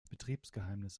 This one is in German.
betriebsgeheimnis